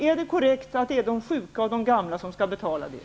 Är det korrekt att det är de sjuka och de gamla som skall betala det?